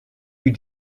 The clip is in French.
eut